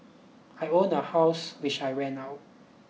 I own a house which I rent out